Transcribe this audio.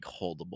holdable